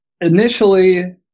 initially